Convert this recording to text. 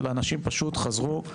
אלא אנשים פשוט חזרו,